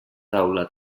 taula